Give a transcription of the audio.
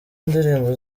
ndirimbo